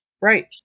Right